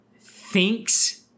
thinks